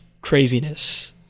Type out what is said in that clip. craziness